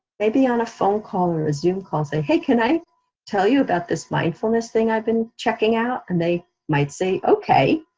maybe on a phone call or a zoom call say, hey, can i tell you about this mindfulness thing i've been checking out? and they might say, okay,